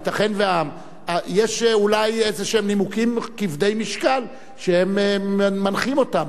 יש אולי נימוקים כבדי משקל שמנחים אותם.